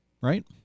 right